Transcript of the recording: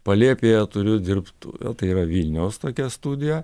palėpėje turiu dirbtuvę tai yra vilniaus tokią studiją